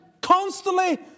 Constantly